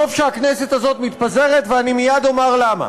טוב שהכנסת הזאת מתפזרת, ואני מייד אומר למה.